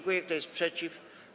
Kto jest przeciw?